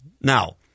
Now